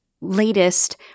Latest